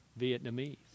Vietnamese